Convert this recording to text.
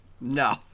No